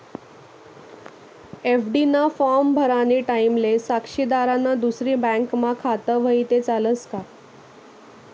FD ना form भरानी टाईमले साक्षीदारनं दुसरी बँकमा खातं व्हयी ते चालस का